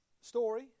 story